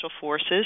Forces